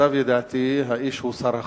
למיטב ידיעתי, האיש הוא שר החוץ,